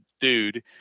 dude